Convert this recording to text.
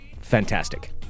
fantastic